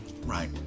right